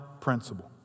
principle